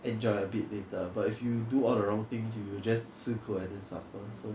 enjoy a bit later but if you do all the wrong things you you will just 吃苦 and then suffer so